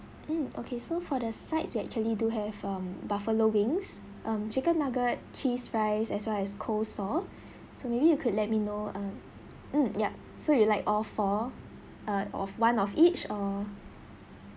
mm okay so for the sides we actually do have um buffalo wings um chicken nugget cheese fries as well as coleslaw so maybe you could let me know um mm yup so you'd like all four uh of one of each or